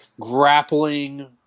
grappling